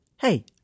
Hey